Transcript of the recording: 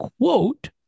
quote